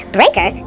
Breaker